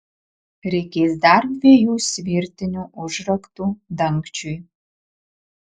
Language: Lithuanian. reikės dar dviejų svirtinių užraktų dangčiui